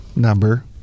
number